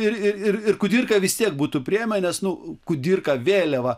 ir ir ir kudirką vis tiek būtų priėmę nes nu kudirka vėliava